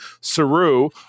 Saru